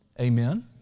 Amen